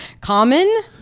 common